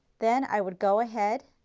then i would go ahead,